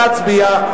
נא להצביע.